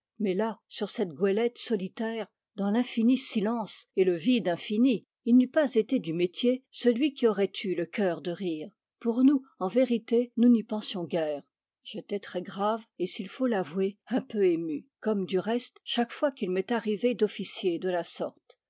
mais là sur cette goélette solitaire dans l'infini silence et le vide infini il n'eût pas été du métier celui qui aurait eu le cœur de rire pour nous en vérité nous n'y pensions guère j'étais très grave et s'il faut l'avouer un peu ému comme du reste chaque fois qu'il m'est arrivé d'officier de la sorte